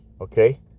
Okay